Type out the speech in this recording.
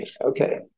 Okay